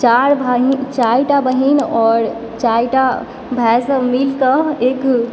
चारि भाइ चारिटा बहिन आओर चारिटा भाइसभ मिलके एक